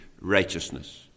righteousness